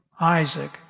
Isaac